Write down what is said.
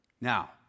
Now